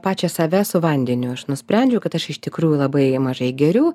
pačią save su vandeniu aš nusprendžiau kad aš iš tikrųjų labai mažai geriu